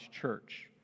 church